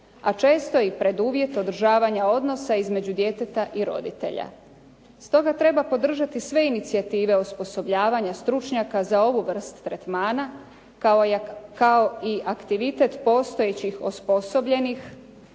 a često i preduvjet održavanja odnosa između djeteta i roditelja. Stoga treba podržati sve inicijative osposobljavanja stručnjaka za ovu vrstu tretmana, kao i aktivitet postojećih osposobljenih